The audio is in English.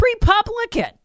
Republican